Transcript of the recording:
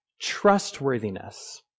trustworthiness